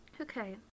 Okay